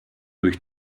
durch